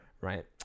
Right